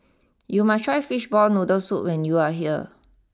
you must try Fishball Noodle Soup when you are here